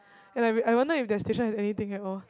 and I I wonder if that station has anything at all